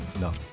No